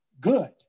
good